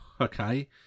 okay